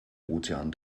ozean